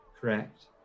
Correct